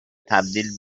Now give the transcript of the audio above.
تبدیل